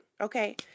Okay